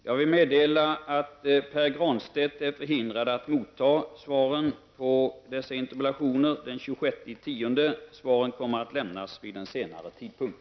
Herr talman! Jag vill meddela att Pär Granstedt är förhindrad att motta svaren på sina interpellationer den 26 oktober. Svaren kommer att lämnas vid en senare tidpunkt.